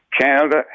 Canada